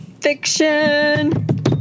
Fiction